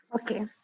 Okay